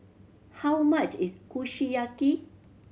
how much is Kushiyaki